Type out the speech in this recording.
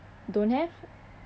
don't have